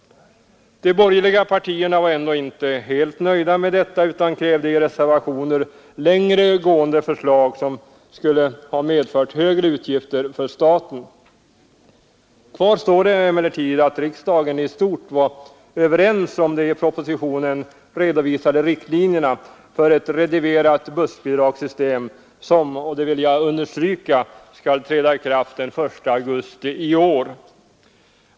De borgerliga partierna var ändå inte helt nöjda, utan lade i reservationer fram längre gående förslag, som skulle ha medfört större utgifter för staten. Kvar står emellertid att riksdagen i stort var överens om de i propositionen redovisade riktlinjerna för ett reviderat bussbidragssystem, som — det vill jag understryka — skall träda i kraft den 1 augusti i år.